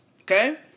Okay